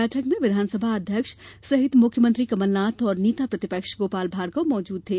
बैठक में विधानसभा अध्यक्ष सहित मुख्यमंत्री कमलनाथ और नेता प्रतिपक्ष गोपाल भार्गव मौजूद थे